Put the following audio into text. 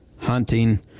hunting